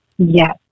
yes